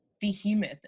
behemoth